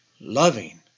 Loving